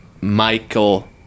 Michael